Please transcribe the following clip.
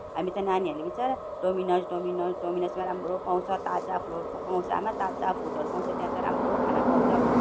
हामी त नानीहरूले बिचारा डोमिनोस डोमिनोस डोमिनोसमा राम्रो पाउँछ ताजा पाउँछ आमा ताजा फुडहरू पाउँछ त्या त राम्रो खाना पाउँछ भन्दा